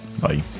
bye